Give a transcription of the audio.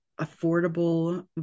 affordable